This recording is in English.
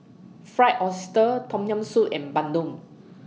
Fried Oyster Tom Yam Soup and Bandung